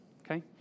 okay